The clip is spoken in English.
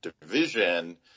division